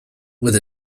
with